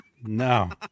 No